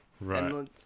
Right